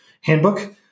handbook